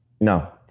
No